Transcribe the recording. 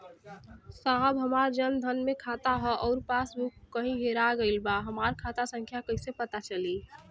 साहब हमार जन धन मे खाता ह अउर पास बुक कहीं हेरा गईल बा हमार खाता संख्या कईसे पता चली?